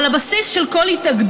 אבל הבסיס של כל התאגדות,